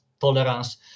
tolerance